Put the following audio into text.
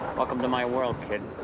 welcome to my world, kid.